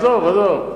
עזוב, עזוב.